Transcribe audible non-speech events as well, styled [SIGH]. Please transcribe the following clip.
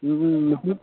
[UNINTELLIGIBLE]